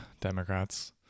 Democrats